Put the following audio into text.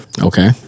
Okay